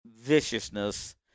viciousness